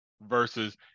Versus